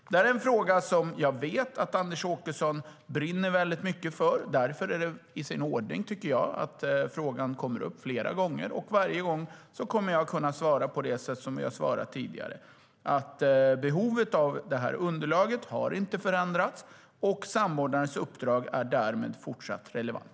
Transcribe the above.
Det här är en fråga som jag vet att Anders Åkesson brinner mycket för. Därför är det i sin ordning, tycker jag, att frågan kommer upp flera gånger. Varje gång kommer jag att kunna svara det som jag har svarat tidigare: att behovet av det här underlaget inte har förändrats och att samordnarens uppdrag därmed är fortsatt relevant.